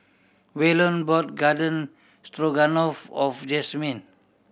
Waylon brought Garden Stroganoff of Jasmyne